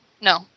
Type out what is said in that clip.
no